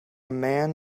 man